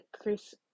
Chris